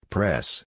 Press